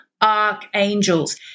archangels